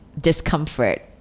Discomfort